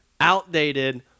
outdated